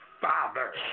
father